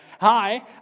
Hi